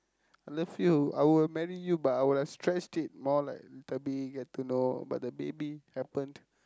I love you I will marry you but I will have stressed it more like little bit get to know but the baby happened